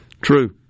True